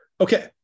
Okay